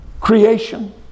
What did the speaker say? Creation